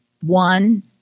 one